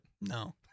No